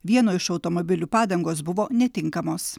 vieno iš automobilių padangos buvo netinkamos